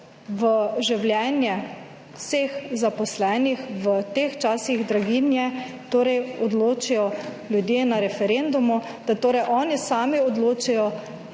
(nadaljevanje) vseh zaposlenih v teh časih draginje, torej odločijo ljudje na referendumu, da torej oni sami odločijo